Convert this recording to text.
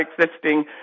existing